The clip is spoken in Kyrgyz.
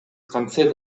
кантсе